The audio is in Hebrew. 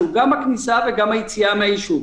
שהוא גם הכניסה וגם היציאה מהיישוב.